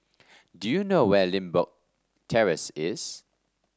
do you know where Limbok Terrace is